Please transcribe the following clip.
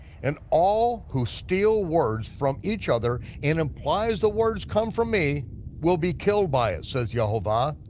and all who steal words from each other and implies the words come from me, will be killed by it, says yehovah.